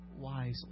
wisely